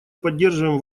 поддерживаем